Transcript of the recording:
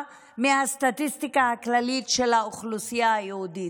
מהסטטיסטיקה הכללית של האוכלוסייה היהודית.